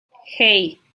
hey